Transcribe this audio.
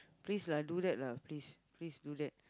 please lah do that lah please please do that